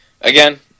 again